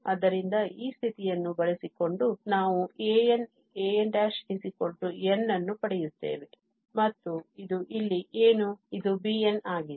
ಆದ್ದರಿಂದ ಈ ಸ್ಥಿತಿಯನ್ನು ಬಳಸಿಕೊಂಡು ನಾವು a'nn ಅನ್ನು ಪಡೆಯುತ್ತೇವೆ ಮತ್ತು ಇದು ಇಲ್ಲಿ ಏನು ಇದು bn ಆಗಿದೆ